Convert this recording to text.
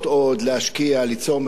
ליצור מקומות תעסוקה,